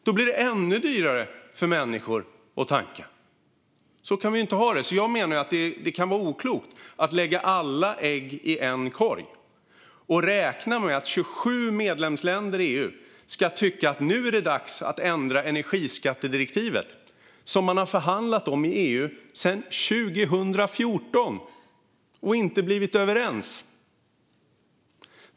Då blir det ännu dyrare för människor att tanka. Så kan vi inte ha det. Jag menar att det kan vara oklokt att lägga alla ägg i en korg och räkna med att 27 medlemsländer i EU ska tycka att det nu är dags att ändra energiskattedirektivet, som man har förhandlat om i EU sedan 2014 och inte blivit överens om.